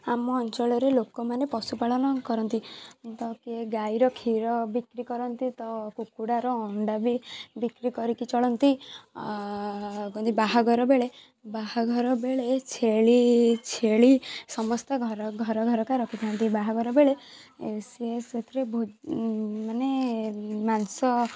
ଆମ ଅଞ୍ଚଳରେ ଲୋକମାନେ ପଶୁପାଳନ କରନ୍ତି ତ କିଏ ଗାଈର କ୍ଷୀର ବିକ୍ରି କରନ୍ତି ତ କୁକୁଡ଼ାର ଅଣ୍ଡାବି ବିକ୍ରି କରିକି ଚଳନ୍ତି କହନ୍ତି ବାହାଘରବେଳେ ବାହାଘରବେଳେ ଛେଳି ଛେଳି ସମସ୍ତ ଘର ଘରକା ରଖିଥାନ୍ତି ବାହାଘର ବେଳେ ସେ ସେଥିରେ ମାନେ ମାଂସ